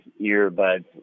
earbuds